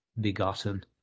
begotten